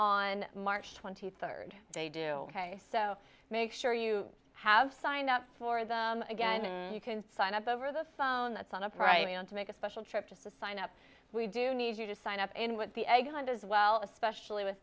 on march twenty third day do so make sure you have signed up for them again and you can sign up over the phone that's on upright to make a special trip to sign up we do need you to sign up and with the egg hunt as well especially with